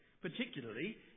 particularly